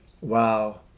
wow